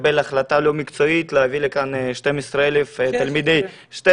לקבל החלטה לא מקצועית להביא לכאן 12,000 תלמידי ישיבות --- 16.